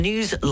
News